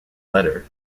letter